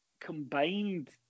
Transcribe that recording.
combined